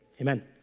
amen